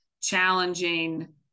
challenging